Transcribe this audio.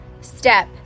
step